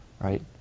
right